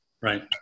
Right